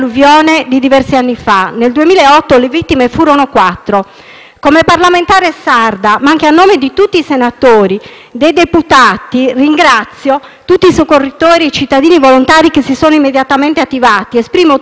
Come parlamentare sarda, ma anche a nome di tutti i senatori e deputati, ringrazio tutti i soccorritori e i cittadini volontari che si sono immediatamente attivati; esprimo tutta la mia solidarietà e il cordoglio